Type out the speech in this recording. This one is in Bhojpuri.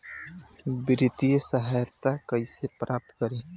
वित्तीय सहायता कइसे प्राप्त करी?